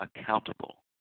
accountable